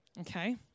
Okay